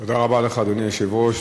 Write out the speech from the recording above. תודה רבה לך, אדוני היושב-ראש.